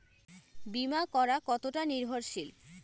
বীমা করা কতোটা নির্ভরশীল?